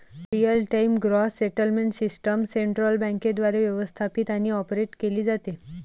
real time gross settlement system central बँकेद्वारे व्यवस्थापित आणि ऑपरेट केली जाते